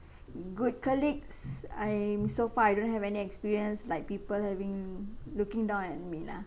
good colleagues I'm so far I don't have any experience like people having looking down at me lah